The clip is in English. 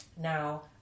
Now